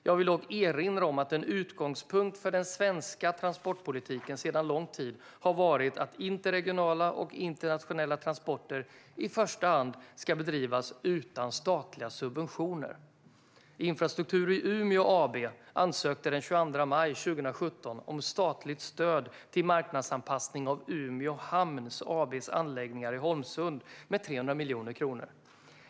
Jag vill dock erinra om att en utgångspunkt för den svenska transportpolitiken under lång tid har varit att interregionala och internationella transporter i första hand ska bedrivas utan statliga subventioner. Infrastruktur i Umeå AB ansökte den 22 maj 2017 om statligt stöd till marknadsanpassning av Umeå Hamn AB:s anläggningar i Holmsund med 300 miljoner kronor.